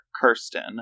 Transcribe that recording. Kirsten